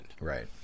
Right